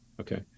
Okay